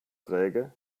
träge